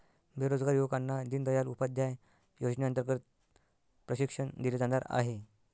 बेरोजगार युवकांना दीनदयाल उपाध्याय योजनेअंतर्गत प्रशिक्षण दिले जाणार आहे